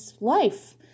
life